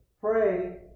pray